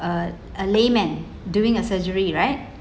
uh a layman during a surgery right